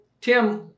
Tim